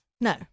No